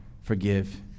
forgive